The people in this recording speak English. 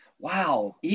Wow